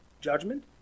Judgment